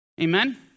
Amen